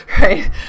right